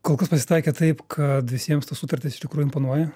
ko kas pasitaikė taip kad visiems tos sutartys iš tikrųjų imponuoja